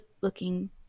looking